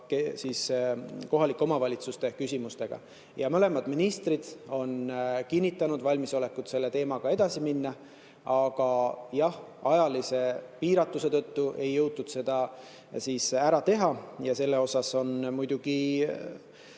ka kohalike omavalitsuste küsimustega. Mõlemad ministrid on kinnitanud valmisolekut selle teemaga edasi minna. Aga jah, ajalise piiratuse tõttu ei jõutud seda ära teha ja on muidugi